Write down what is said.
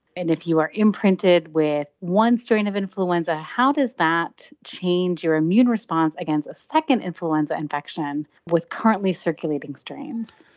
and if you are imprinted with one strand of influenza, how does that change your immune response against a second influenza infection with currently circulating strains?